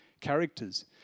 characters